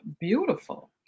beautiful